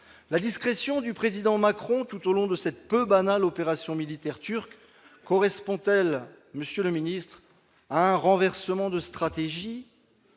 La discrétion du président Macron, tout au long de cette peu banale opération militaire turque, correspond-elle à un renversement de stratégie